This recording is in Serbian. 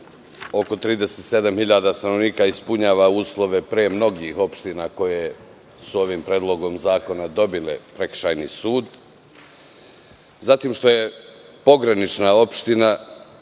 Oko 37 hiljada stanovnika pre ispunjava uslove od mnogih opština koje su ovim predlogom zakona dobile prekršajni sud. Zatim, što je pogranična opština